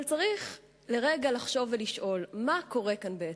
אבל צריך לרגע לחשוב ולשאול: מה קורה כאן בעצם?